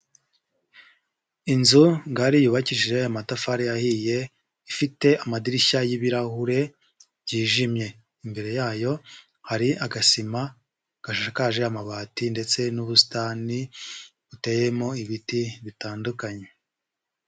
Inzu ngari yubakishije amatafari ahiye, ifite amadirishya y'ibirahure byijimye. Imbere yayo hari agasima gashakaje amabati ndetse n'ubusitani buteyemo ibiti bitandukanye.